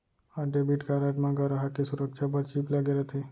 आज debit card म गराहक के सुरक्छा बर चिप लगे रथे